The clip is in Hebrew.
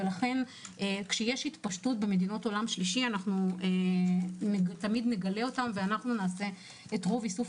לכן כשיש התפשטות במדינות עולם שליש אנחנו נגלה את רוב איסוף